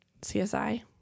CSI